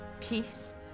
peace